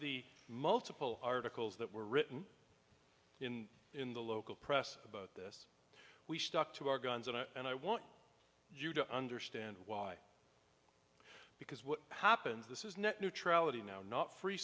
the multiple articles that were written in in the local press about this we stuck to our guns and i want you to understand why because what happens this is net neutrality now not free